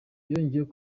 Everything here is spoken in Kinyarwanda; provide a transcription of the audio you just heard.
yongeyeho